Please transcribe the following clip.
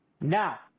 Now